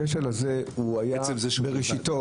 הכשל הזה היה בראשיתו.